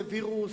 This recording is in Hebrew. זה וירוס,